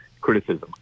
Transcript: criticism